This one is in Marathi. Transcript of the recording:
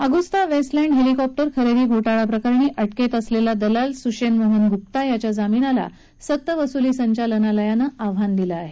अगुस्ता वेस्टलँड हेलीकॉप्टर खरेदी घोटाळा प्रकरणी अटकेत असलेला दलाल सुषेन मोहन गुप्ता याच्या जामिनाला सक्तवसुली संचलनालयानं आव्हान दिलं आहे